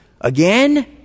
again